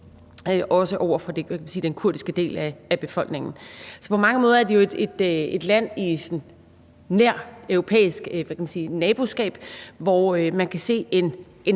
også over for den kurdiske del af befolkningen. Så på mange måder er det jo et land med et nært europæisk, hvad kan man sige,